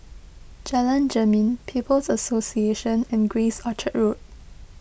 Jalan Jermin People's Association and Grace Orchard School